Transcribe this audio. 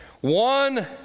One